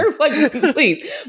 Please